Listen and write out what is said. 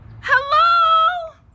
Hello